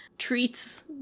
Treats